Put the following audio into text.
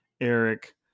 eric